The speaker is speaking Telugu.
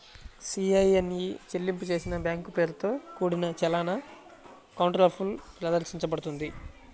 సి.ఐ.ఎన్ ఇ చెల్లింపు చేసిన బ్యాంక్ పేరుతో కూడిన చలాన్ కౌంటర్ఫాయిల్ ప్రదర్శించబడుతుంది